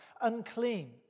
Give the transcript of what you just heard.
unclean